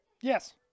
Yes